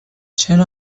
چرا